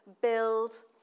build